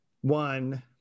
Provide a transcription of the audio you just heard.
One